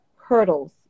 hurdles